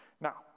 Now